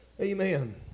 Amen